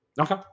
Okay